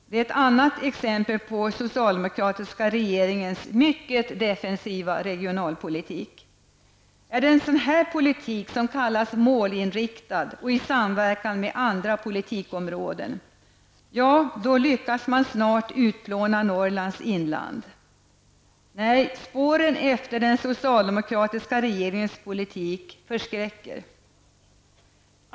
Det är ett annat exempel på den socialdemokratiska regeringens mycket defensiva regionalpolitik. Är det en sådan politik som kallas målinriktad och anses ske i samverkan med andra politikområden? Ja, i så fall lyckas man snart utplåna Norrlands inland. Nej, spåren efter den socialdemokratiska regeringens politik förskräcker!